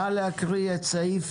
נא להקריא את סעיף